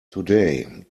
today